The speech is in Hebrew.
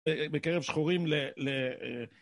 בקרב שחורים ל...